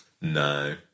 No